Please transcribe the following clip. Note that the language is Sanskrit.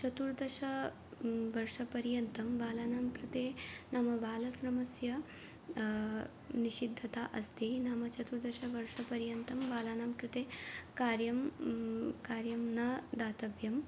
चतुर्दश वर्षपर्यन्तं बालानां कृते नाम बालश्रमस्य निषिद्धता अस्ति नाम चतुर्दशवर्षपर्यन्तं बालानां कृते कार्यं कार्यं न दातव्यं